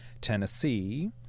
Tennessee